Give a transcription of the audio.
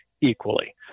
equally